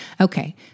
Okay